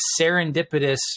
serendipitous